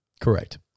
Correct